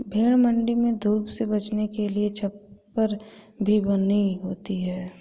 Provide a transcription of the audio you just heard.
भेंड़ मण्डी में धूप से बचने के लिए छप्पर भी बनी होती है